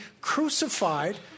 crucified